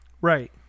right